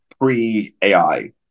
pre-AI